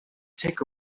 take